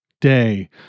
day